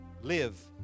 live